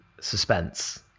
suspense